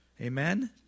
Amen